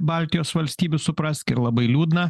baltijos valstybių suprask ir labai liūdna